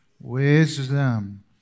Wisdom